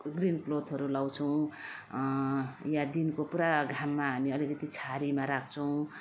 green क्लोथहरू लगाउँछौँ वा दिनको पुरा घाममा हामी अलिकति छहारीमा राख्छौँ